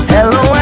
Hello